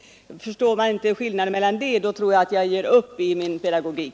Förstår man inte den skillnaden tror jag att jag här får ge upp i min pedagogik.